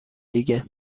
دیگه